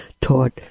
taught